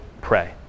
pray